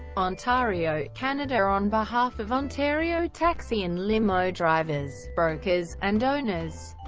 ontario, canada on behalf of ontario taxi and limo drivers, brokers, and owners.